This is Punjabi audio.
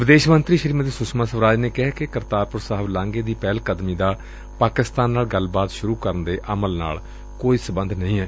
ਵਿਦੇਸ਼ ਮੰਤਰੀ ਸ੍ਰੀਮਤੀ ਸੁਸ਼ਮਾ ਸਵਰਾਜ ਨੇ ਕਿਹੈ ਕਿ ਕਰਤਾਰਪੁਰ ਸਾਹਿਬ ਲਾਘੇ ਦੀ ਪਹਿਲ ਕਦਮੀ ਦਾ ਪਾਕਿਸਤਾਨ ਨਾਲ ਗੱਲਬਾਤ ਸੁਰੂ ਕਰਨ ਦੇ ਅਮਲ ਨਾਲ ਕੋਈ ਸਬੰਧ ਨਹੀਂ ਏ